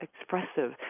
expressive